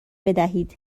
بدهید